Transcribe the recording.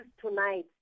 tonight